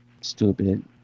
Stupid